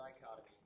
dichotomy